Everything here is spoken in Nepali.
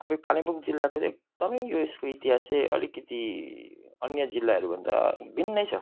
अब कालिम्पोङ जिल्लाको चाहिँ एकदमै इतिहास चाहिँ अलिकति अन्य जिल्लाहरूभन्दा भिन्नै छ